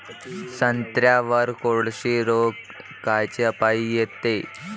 संत्र्यावर कोळशी रोग कायच्यापाई येते?